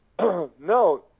no